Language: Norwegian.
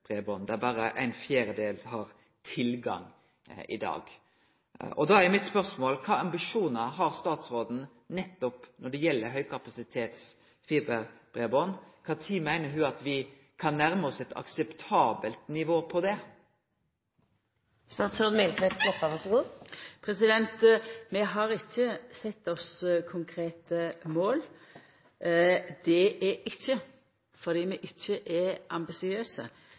fjerdedel som har tilgang i dag. Da er mitt spørsmål: Kva ambisjonar har statsråden nettopp når det gjeld høgkapasitets fiberbreiband? Kva tid meiner ho at me kan nærme oss eit akseptabelt nivå på det? Vi har ikkje sett oss konkrete mål, og det er ikkje fordi vi ikkje er ambisiøse.